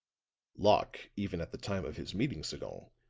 locke, even at the time of his meeting sagon,